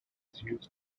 used